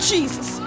Jesus